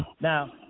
Now